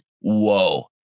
Whoa